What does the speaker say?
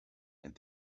and